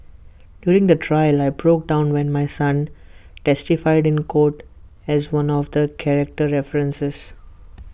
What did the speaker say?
during the trial I broke down when my son testified in court as one of the character references